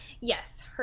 Yes